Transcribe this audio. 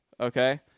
Okay